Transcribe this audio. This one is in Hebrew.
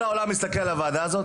ועליה מסתכלים כרגע מכל העולם,